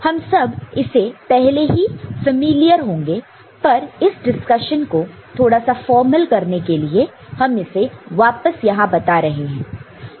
हम सब इससे पहले ही फैमिलियर होंगे पर इस डिस्कशन को थोड़ा फॉर्मल करने के लिए हम इसे वापस यहां बता रहे हैं